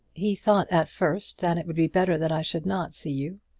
he thought at first that it would be better that i should not see you.